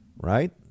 right